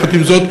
יחד עם זאת,